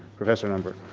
professor nunberg.